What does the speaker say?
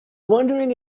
wondering